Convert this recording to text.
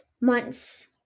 months